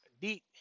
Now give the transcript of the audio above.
deep